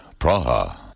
Praha